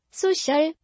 social